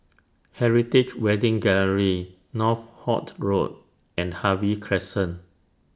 Heritage Wedding Gallery Northolt Road and Harvey Crescent